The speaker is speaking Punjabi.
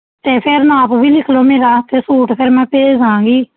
ਅਤੇ ਫਿਰ ਨਾਪ ਵੀ ਲਿਖ ਲਓ ਮੇਰਾ ਅਤੇ ਸੂਟ ਫਿਰ ਮੈਂ ਭੇਜ ਦੇਵਾਂਗੀ